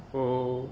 oh